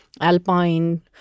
alpine